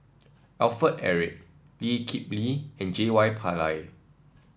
Alfred Eric Lee Kip Lee and J Y Pillay